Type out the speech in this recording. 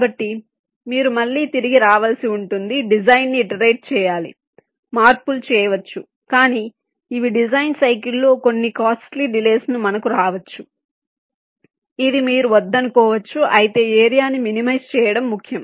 కాబట్టి మీరు మళ్లీ తిరిగి రావలసి ఉంటుంది డిజైన్ను ఇటరేట్ చేయాలి మార్పులు చేయవచ్చు కానీ ఇవి డిజైన్ సైకిల్ లో కొన్ని కాస్ట్లీ డిలెస్ ను మనకు రావచ్చు ఇది మీరు వద్దనుకోవచ్చు అయితే ఏరియా ని మినిమైజ్ చేయడం ముఖ్యం